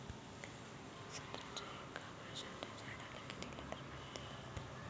संत्र्याच्या एक वर्षाच्या झाडाले किती लिटर पाणी द्या लागते?